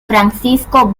francisco